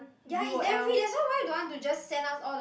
ya it's damn free that's why don't want to just send us all the